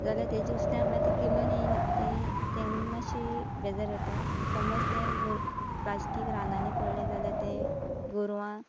जाल्यार तेचे उंचल्यान पडल्यार ती किल्लून येना तेन्ना मातशी बेजार जाता समज तें प्लास्टीक रानांनी पडलें जाल्यार तें गोरवां